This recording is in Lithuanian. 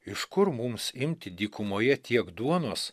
iš kur mums imti dykumoje tiek duonos